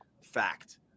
fact